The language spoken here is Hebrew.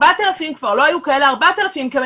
ה-4,000 כבר לא היו כאלה 4,000 כי הם